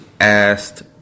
asked